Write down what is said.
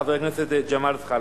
חבר הכנסת ג'מאל זחאלקה.